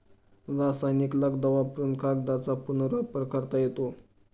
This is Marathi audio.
रासायनिक लगदा वापरुन कागदाचा पुनर्वापर करता येतो